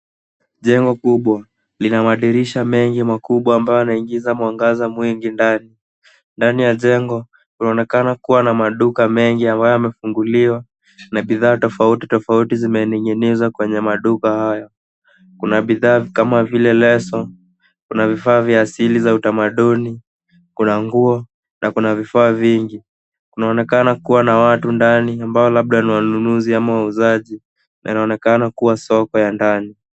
Jengo kubwa lina madirisha mengi makubwa ambayo yanaingiza mwangaza mwingi ndani. Ndani ya jengo kunaonekana kuwa na maduka mengi ambayo yamefunguliwa na bidhaa tofautitofauti zimening'inizwa kwenye maduka haya. Kuna bidhaa kama vile leso kuna vifaa vya asili za utamaduni, kuna nguo na kuna vifaa vingi. Kunaonekana kuwa na watu ndani ambao labda ni wanunuzi au wauzaji na inaonekana kuwa soko ya ndani.